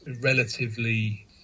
relatively